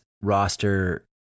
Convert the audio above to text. roster